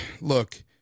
look